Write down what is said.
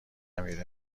میره